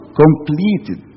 completed